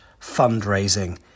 fundraising